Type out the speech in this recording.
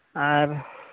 ᱟᱨ